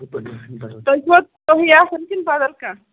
تُہۍ چھِوا تُہی آسان کِنہٕ بَدل کانٛہہ